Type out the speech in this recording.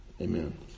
Amen